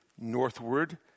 northward